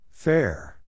Fair